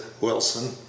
wilson